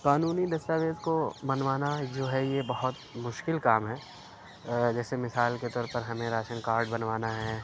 قانونی دستاویز کو بنوانا جو ہے یہ بہت مشکل کام ہے جیسے مثال کے طورپر ہمیں راشن کارڈ بنوانا ہے